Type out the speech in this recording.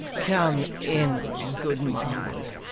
come in, good marwood.